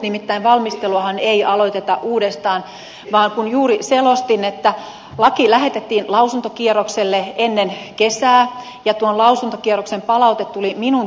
nimittäin valmisteluahan ei aloiteta uudestaan vaan juuri selostin että laki lähetettiin lausuntokierrokselle ennen kesää ja tuon lausuntokierroksen palaute tuli minun työpöydälleni